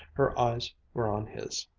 her eyes were on his,